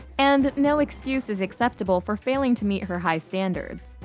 and no excuse is acceptable for failing to meet her high standards.